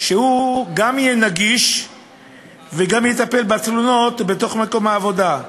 הוא גם יהיה נגיש וגם יטפל בתלונות בתוך מקום העבודה.